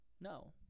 no